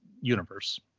universe